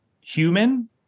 human